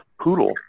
poodle